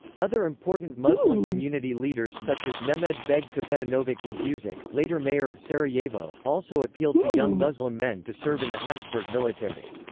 other important muslim community leaders such as mehmed-beg kapetanovic ljubusak, later mayor of sarajevo, also appealed to young muslim men to serve in the habsburg military.